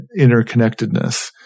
interconnectedness